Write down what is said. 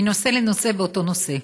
מנושא לנושא באותו נושא.